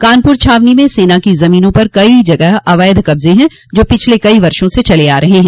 कानपूर छावनी में सेना की जमीनों पर कई जगह अवैध कब्जें हैं जो पिछले कई वर्षो से चले आ रहे है